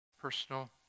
Personal